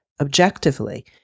objectively